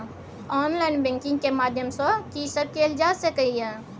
Online banking के माध्यम सं की सब कैल जा सके ये?